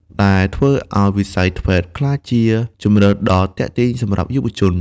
ដែលធ្វើឱ្យវិស័យ ធ្វេត TVET ក្លាយជាជម្រើសដ៏ទាក់ទាញសម្រាប់យុវជន។